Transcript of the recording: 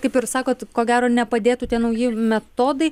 kaip ir sakot ko gero nepadėtų tie nauji metodai